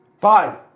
Five